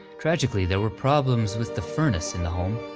tragically, there were problems with the furnace in the home,